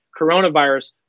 coronavirus